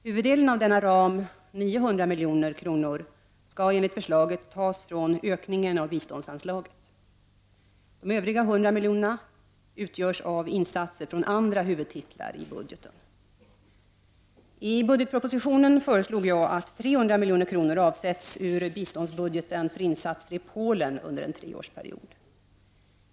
Huvuddelen av denna ram, 900 milj.kr., skall enligt förslaget tas från ökningen av biståndsanslaget. Övriga 100 milj.kr. utgörs av insatser från andra huvudtitlar i budgeten. I budgetpropositionen föreslog jag att 300 milj.kr. avsätts ur biståndsbudgeten för insatser i Polen under treårsperioden.